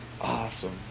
Awesome